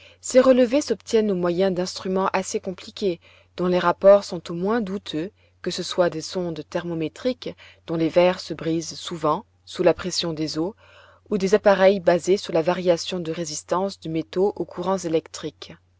ces relevés s'obtiennent au moyen d'instruments assez compliqués dont les rapports sont au moins douteux que ce soient des sondes thermométriques dont les verres se brisent souvent sous la pression des eaux ou des appareils basés sur la variation de résistance de métaux aux courants électriques